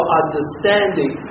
understanding